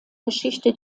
geschichte